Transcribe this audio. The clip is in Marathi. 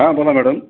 हां बोला मॅडम